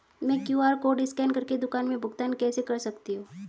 मैं QR code scan कर के दुकान में भुगतान कैसे कर सकती हूँ?